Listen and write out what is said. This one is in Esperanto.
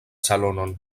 salonon